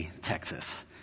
Texas